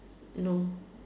no